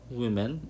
women